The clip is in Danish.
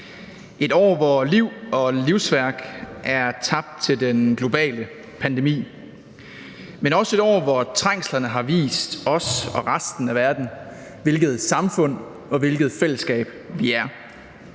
et år, hvor liv og livsværk er tabt til den globale pandemi, men også et år, hvor trængslerne har vist os og resten af verden, hvilket samfund og hvilket fællesskab vi er.